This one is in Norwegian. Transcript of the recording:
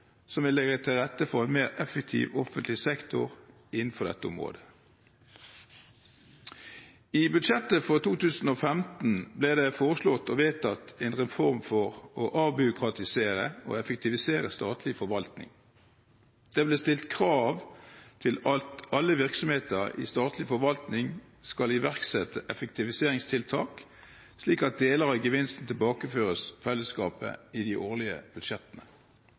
som vil legge til rette for en mer effektiv offentlig sektor innenfor dette området. I budsjettet for 2015 ble det foreslått og vedtatt en reform for å avbyråkratisere og effektivisere statlig forvaltning. Det ble stilt krav til at alle virksomheter i statlig forvaltning skal iverksette effektiviseringstiltak, slik at deler av gevinsten tilbakeføres fellesskapet i de årlige budsjettene.